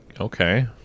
okay